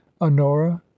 honora